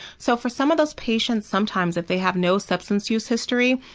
so for some of those patients, sometimes if they have no substance use history,